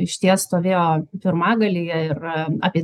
išties stovėjo pirmagalyje ir apie